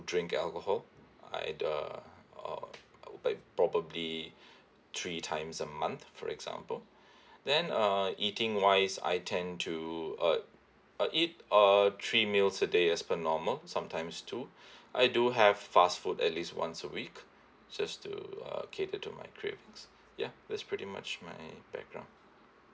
drink alcohol I uh uh probably three times a month for example then uh eating wise I tend to uh uh eat err three meals a day as per normal sometimes two I do have fast food at least once a week just to uh cater to my cravings ya that's pretty much my background